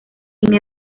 sin